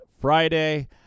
Friday